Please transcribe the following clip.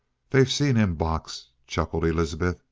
they've seen him box, chuckled elizabeth.